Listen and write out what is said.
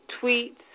tweets